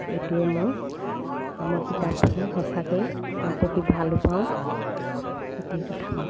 এইটোৱে মোৰ মই কিতাপ পঢ়োঁ সঁচাকৈয়ে মই পঢ়ি ভালো পাওঁ এইটোৱে কথা মোৰ